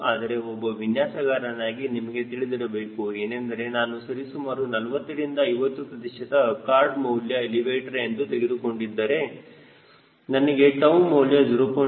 ಆದರೆ ಒಬ್ಬ ವಿನ್ಯಾಸಗಾರನಾಗಿ ನಿಮಗೆ ತಿಳಿದಿರಬೇಕು ಏನೆಂದರೆ ನಾನು ಸರಿಸುಮಾರು 40 ರಿಂದ 50 ಪ್ರತಿಶತ ಕಾರ್ಡ್ ಮೌಲ್ಯ ಎಲಿವೇಟರ್ ಎಂದು ತೆಗೆದುಕೊಂಡರೆ ನನಗೆ 𝜏 ಮೌಲ್ಯ 0